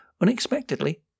Unexpectedly